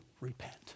repent